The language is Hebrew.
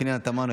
פנינה תמנו,